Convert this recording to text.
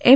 M